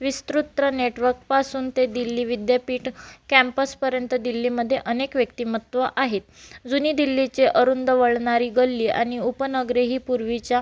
विस्तृत नेटवर्कपासून ते दिल्ली विद्यापीठ कॅम्पसपर्यंत दिल्लीमध्ये अनेक व्यक्तिमत्त्व आहेत जुनी दिल्लीची अरुंद वळणारी गल्ली आणि उपनगरे ही पूर्वीच्या